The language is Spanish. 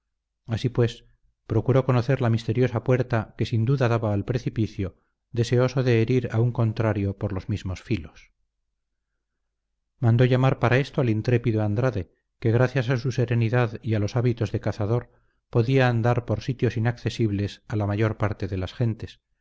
así pues procuró conocer la misteriosa puerta que sin duda daba al precipicio deseoso de herir a un contrario por los mismos filos mandó llamar para esto al intrépido andrade que gracias a su serenidad y a los hábitos de cazador podía andar por sitios inaccesibles a la mayor parte de las gentes